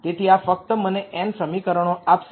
તેથી આ ફક્ત મને n સમીકરણો આપશે